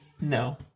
No